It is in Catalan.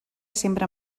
sempre